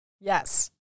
Yes